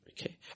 Okay